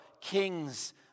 Kings